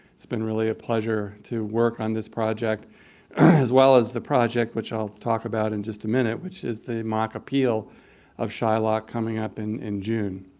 it's been really a pleasure to work on this project as well as the project which i'll talk about in just a minute which is the mock appeal of shylock coming up in in june.